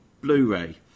blu-ray